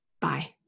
Bye